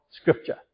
scripture